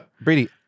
Brady